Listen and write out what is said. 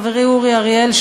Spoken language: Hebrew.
חברי אורי אריאל,